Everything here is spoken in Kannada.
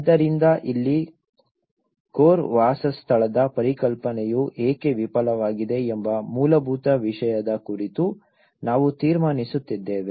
ಆದ್ದರಿಂದ ಇಲ್ಲಿ ಕೋರ್ ವಾಸಸ್ಥಳದ ಪರಿಕಲ್ಪನೆಯು ಏಕೆ ವಿಫಲವಾಗಿದೆ ಎಂಬ ಮೂಲಭೂತ ವಿಷಯದ ಕುರಿತು ನಾವು ತೀರ್ಮಾನಿಸುತ್ತಿದ್ದೇವೆ